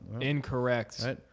Incorrect